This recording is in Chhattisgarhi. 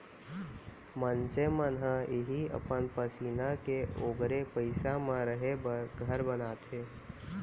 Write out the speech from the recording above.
मनसे मन ह इहीं अपन पसीना के ओगारे पइसा म रहें बर घर बनाथे